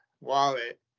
wallet